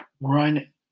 run